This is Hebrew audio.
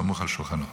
סמוך על שולחנו.